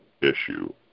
issue